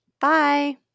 Bye